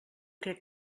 crec